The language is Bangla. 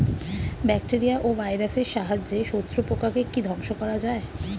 ব্যাকটেরিয়া ও ভাইরাসের সাহায্যে শত্রু পোকাকে কি ধ্বংস করা যায়?